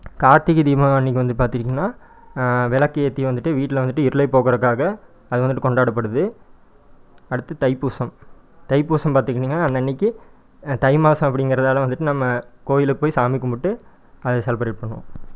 கார்த்திகை தீபம் அன்னக்கு வந்து பார்த்துக்கிட்டிங்கன்னா விளக்கு ஏற்றி வந்துவிட்டு வீட்டில் வந்துவிட்டு இருளை போக்குறக்காக அது வந்துவிட்டு கொண்டாடப்படுது அடுத்து தைப்பூசம் தைப்பூசம் பார்த்துக்கிட்டிங்கன்னா அன்னன்னைக்கு தை மாதம் அப்படிங்கறதால வந்துவிட்டு நம்ம கோவிலுக்கு போய் சாமி கும்பிட்டு அதை செலப்ரேட் பண்ணுவோம்